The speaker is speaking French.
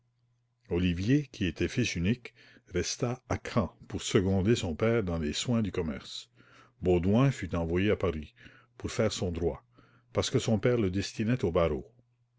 olivier qui était fils unique resta à caen pour seconder son père dans les soins du commerce baudouin fut envoyé à paris pour faire son droit parce que son père le destinait au barreau